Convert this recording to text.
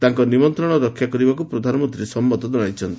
ତାଙ୍କ ନିମନ୍ତ୍ରଣ ରକ୍ଷା କରିବାକୁ ପ୍ରଧାନମନ୍ତ୍ରୀ ସମ୍ମତୀ ଜଣାଇଛନ୍ତି